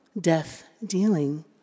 death-dealing